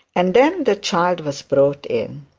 and then the child was brought in.